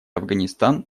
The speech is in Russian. афганистан